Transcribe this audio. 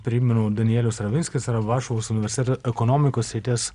primenu danielius ravinskas yra varšuvos universiteto ekonomikos srities